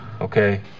okay